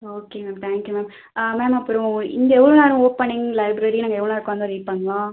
okay ma'am thank you ma'am ma'am அப்புறம் இங்கே எவ்வளோ நேரம் ஓப்பனிங் லைப்ரரி நாங்கள் எவ்வளோ நேரம் உட்காந்து ரீட் பண்ணலாம்